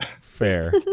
Fair